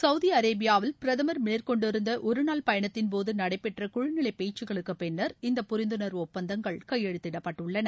Saudi அரேபியாவில் பிரதமர் மேற்கொண்டிருந்த ஒரு நாள் பயணத்தின்போது நடைபெற்ற குழு நிலை பேச்சுக்களுக்கு பின்னர் இந்த புரிந்துணர்வு ஒப்பந்தங்கள் கையெழுதிடப்பட்டுள்ளன